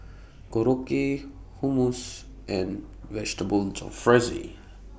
Korokke Hummus and Vegetable Jalfrezi